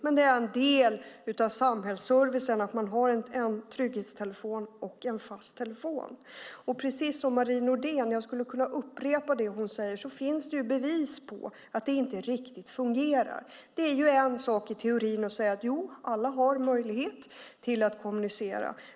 Men det är en del av samhällsservicen att ha en trygghetstelefon och en fast telefon. Precis som Marie Nordén säger, och jag skulle kunna upprepa det hon säger, finns det bevis på att det inte riktigt fungerar. Det är ju en sak i teorin att säga att alla har möjlighet att kommunicera.